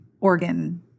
organ